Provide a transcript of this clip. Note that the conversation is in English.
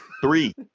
Three